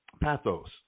Pathos